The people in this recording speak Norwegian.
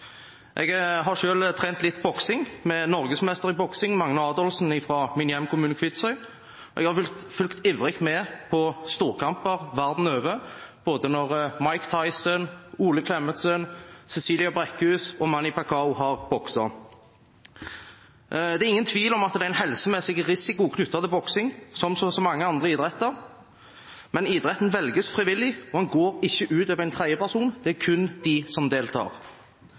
Jeg har selv trent litt boksing med en norgesmester i boksing, Magne Adolfsen, fra min hjemkommune, Kvitsøy, og jeg har fulgt ivrig med på storkamper verden over når Mike Tyson, Ole Klemetsen, Cecilia Brækhus og Manny Pacquiao har bokset. Det er ingen tvil om at det er en helsemessig risiko knyttet til boksing, som i så mange andre idretter. Men idretten velges frivillig, og den går ikke ut over en tredje person – kun dem som deltar. Det er